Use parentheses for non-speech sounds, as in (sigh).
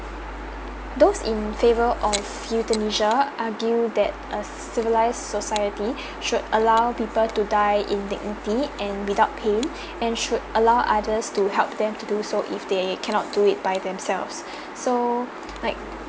those in favor of euthanasia argue that a civilise society (breath) should allow people to die in dignity and without pain (breath) and should allow others to help them to do so if they cannot do it by themselves (breath) so like